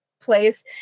place